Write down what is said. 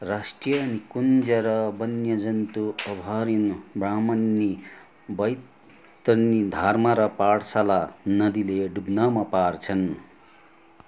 राष्ट्रिय निकुञ्ज र वन्यजन्तु अभारिण ब्राह्मणी बैतरणी धारमा र पाठशाला नदीले डुब्नमा पार्छन्